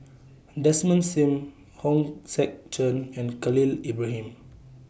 Desmond SIM Hong Sek Chern and Khalil Ibrahim